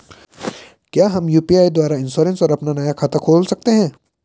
क्या हम यु.पी.आई द्वारा इन्श्योरेंस और अपना नया खाता खोल सकते हैं?